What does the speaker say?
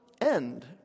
end